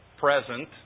present